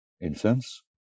incense